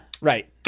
right